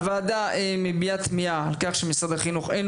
הוועדה מביעה תמיהה על כך שמשרד החינוך אינו